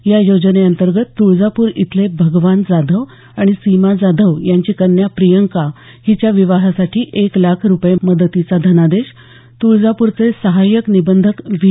या योजनेअंतर्गत तुळजापूर इथले भगवान जाधव आणि सीमा जाधव यांची कन्या प्रियंका हिच्या विवाहासाठी एक लाख रुपये मदतीचा धनादेश तुळजापूरचे सहाय्यक निबंधक व्ही